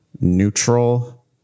neutral